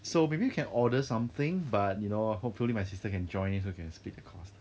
so maybe you can order something but you know hopefully my sister can join in so can split the cost